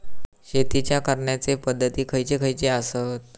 शेतीच्या करण्याचे पध्दती खैचे खैचे आसत?